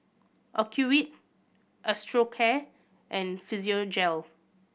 Ocuvite Osteocare and Physiogel